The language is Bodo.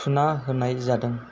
थुना होनाय जादों